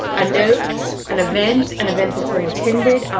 a note, an event, an event that's been attended,